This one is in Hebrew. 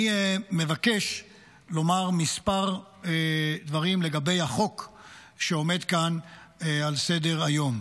אני מבקש לומר מספר דברים לגבי החוק שעומד כאן על סדר-היום.